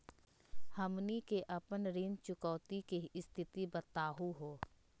हमनी के अपन ऋण चुकौती के स्थिति बताहु हो?